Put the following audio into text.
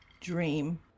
dream